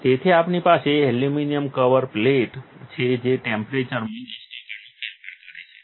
તેથી આપણી પાસે એલ્યુમિનિયમ કવર પ્લેટ છે જે ટેમ્પરેચરમાં 10 ટકાનો ફેરફાર કરે છે